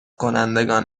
کنندگان